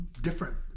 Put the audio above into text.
different